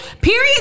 Period